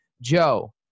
Joe